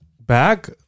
back